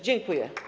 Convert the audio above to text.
Dziękuję.